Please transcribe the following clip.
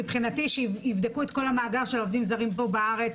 מבחינתי שיבדקו את כל המאגר של העובדים הזרים פה בארץ.